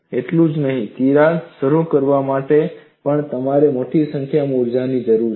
એટલું જ નહીં તિરાડ શરૂ કરવા માટે પણ તમારે મોટી માત્રામાં ઊર્જાની જરૂર છે